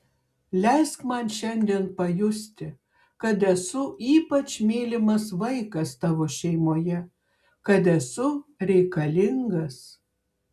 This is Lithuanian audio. leisk man šiandien pajusti kad esu ypač mylimas vaikas tavo šeimoje kad esu reikalingas